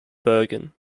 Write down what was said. bergen